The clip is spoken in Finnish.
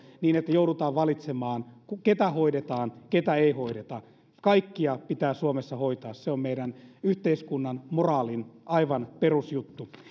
niin että joudumme valitsemaan ketä hoidetaan ja ketä ei hoideta kaikkia pitää suomessa hoitaa se on meidän yhteiskuntamme moraalin aivan perusjuttu